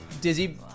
Dizzy